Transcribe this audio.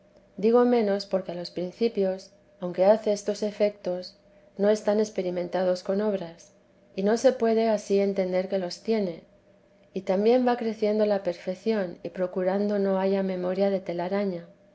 digo menos porque a los principios aunque hace estos efetos no están experimentados con obras y no se puede ansí entender que los tiene y también va creciendo la perfección y procurando no haya memoria de telaraña